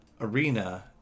Arena